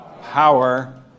Power